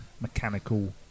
mechanical